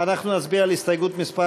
אנחנו נצביע על הסתייגות מס'